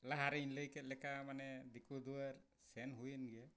ᱞᱟᱦᱟᱨᱤᱧ ᱞᱟᱹᱭᱠᱮᱫ ᱞᱮᱠᱟ ᱢᱟᱱᱮ ᱫᱤᱠᱩ ᱫᱩᱭᱟᱹᱨ ᱥᱮᱱ ᱦᱩᱭᱮᱱ ᱜᱮᱭᱟ